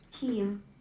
team